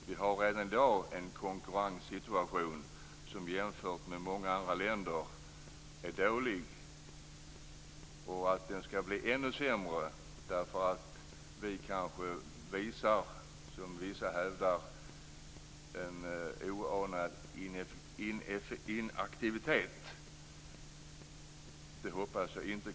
Vi har än i dag en konkurrenssituation som jämfört med många andra länders är dålig. Jag hoppas att den inte ska bli ännu sämre därför att vi kanske visar, som vissa hävdar, en oanad inaktivitet.